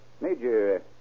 Major